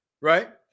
right